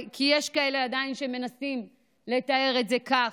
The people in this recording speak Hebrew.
כי יש כאלה שעדיין מנסים לתאר את זה כך.